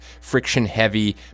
friction-heavy